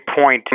point